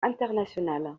international